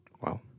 Wow